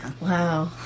Wow